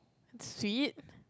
sweet